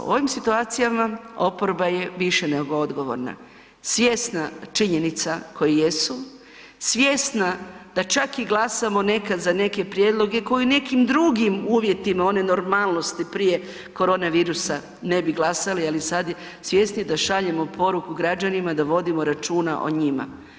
U ovim situacijama oporba je više nego odgovorna, svjesna činjenica koje jesu, svjesna da čak i glasamo nekad za neke prijedloge koji u nekim drugim uvjetima one normalnosti prije koronavirusa ne bi glasali, ali sad je svjesni da šaljemo poruku građanima da vodimo računa o njima.